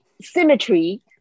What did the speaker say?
symmetry